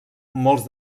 molts